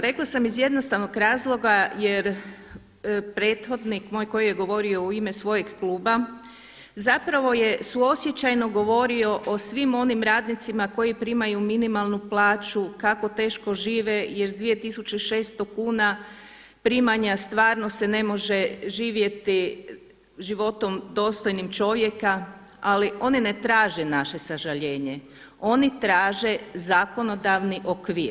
Rekla sam iz jednostavnog razloga jer prethodnik moj koji je govorio u ime svojeg kluba zapravo je suosjećajno govorio o svim onim radnicima koji primaju minimalnu plaću kako teško žive jer s 2600 kuna primanja stvarno se ne može živjeti životom dostojnim čovjeka ali oni ne traže naše sažaljenje, oni traže zakonodavni okvir.